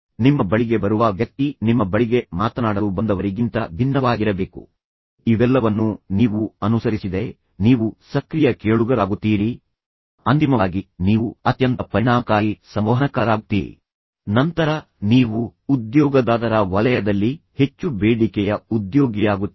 ನಿಮ್ಮ ಬಳಿಗೆ ಬರುವ ವ್ಯಕ್ತಿ ನಿಮ್ಮ ಬಳಿಗೆ ಮಾತನಾಡಲು ಬಂದವರಿಗಿಂತ ಭಿನ್ನವಾಗಿರಬೇಕು ಇವೆಲ್ಲವನ್ನೂ ನೀವು ಅನುಸರಿಸಿದರೆ ನೀವು ಸಕ್ರಿಯ ಕೇಳುಗರಾಗುತ್ತೀರಿ ಅಂತಿಮವಾಗಿ ನೀವು ಅತ್ಯಂತ ಪರಿಣಾಮಕಾರಿ ಸಂವಹನಕಾರರಾಗುತ್ತೀರಿ ಮತ್ತು ನೀವು ನಿಮ್ಮ ಸುತ್ತಲಿನ ಕಂಪನಿಯಲ್ಲಿ ಹೆಚ್ಚು ಮೃದು ಅಥವಾ ನಂತರ ಮತ್ತು ನೀವು ಉದ್ಯೋಗದಾತರ ವಲಯದಲ್ಲಿ ಹೆಚ್ಚು ಬೇಡಿಕೆಯ ಉದ್ಯೋಗಿಯಾಗುತ್ತೀರಿ